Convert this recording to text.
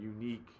unique